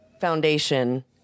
foundation